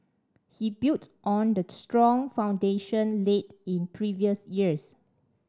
he built on the strong foundation laid in previous years